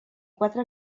quatre